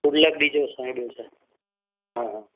good luck ॾिजो असांखे ॿियो छा हा हा